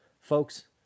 Folks